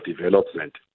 development